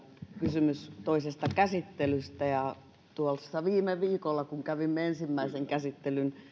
kysymys toisesta käsittelystä tuossa viime viikolla kun kävimme ensimmäisen käsittelyn